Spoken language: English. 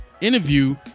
interview